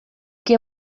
que